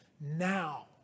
now